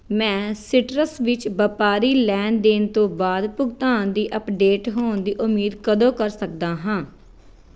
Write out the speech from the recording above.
ਮੈਂ ਸੀਟਰਸ ਵਿੱਚ ਵਪਾਰੀ ਲੈਣ ਦੇਣ ਤੋਂ ਬਾਅਦ ਭੁਗਤਾਨ ਦੀ ਅੱਪਡੇਟ ਹੋਣ ਦੀ ਉਮੀਦ ਕਦੋਂ ਕਰ ਸਕਦਾ ਹਾਂ